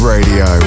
Radio